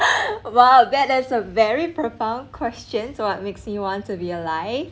!wow! that is a very profound question what makes me want to be alive